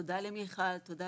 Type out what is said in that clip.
תודה למיכל, תודה